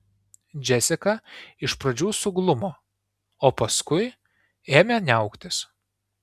džesika iš pradžių suglumo o paskui ėmė niauktis